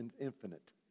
infinite